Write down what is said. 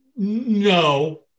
No